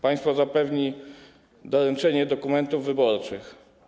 Państwo zapewni doręczenie dokumentów wyborczych.